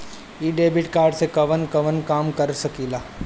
इ debit card से कवन कवन काम कर सकिला?